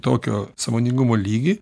tokio sąmoningumo lygį